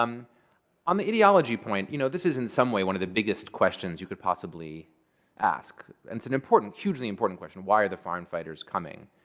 um on the ideology point, you know this is in some way one of the biggest questions you could possibly ask. and it's and a hugely important question. why are the foreign fighters coming?